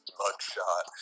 mugshot